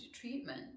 treatment